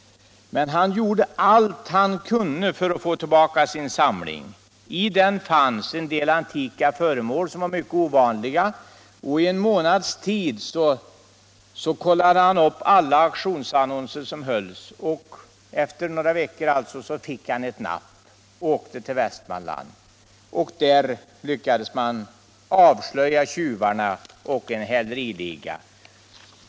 Men han gjorde allt han kunde för att få tillbaka sin samling. I den fanns en del antika föremål som var mycket ovanliga. I en månads tid kollade han upp alla auktionsannonser. Efter några veckor fick han ett napp och åkte till Västmanland, och där lyckades man avslöja tjuvarna och en häleriliga.